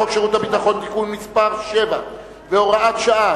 חוק שירות ביטחון (תיקון מס' 7 והוראת שעה)